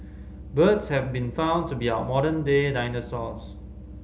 birds have been found to be our modern day dinosaurs